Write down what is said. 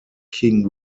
king